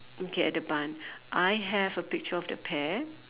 looking at the barn I have a picture of the pear